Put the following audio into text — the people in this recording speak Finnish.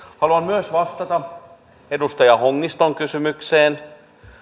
haluan myös vastata edustaja hongiston kysymykseen